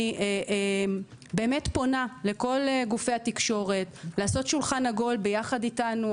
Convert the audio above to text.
אני פונה לכל גופי התקשורת לעשות שולחן עגול ביחד איתנו,